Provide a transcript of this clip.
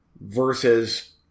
versus